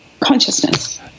consciousness